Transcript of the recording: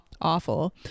awful